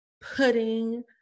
putting